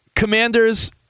Commanders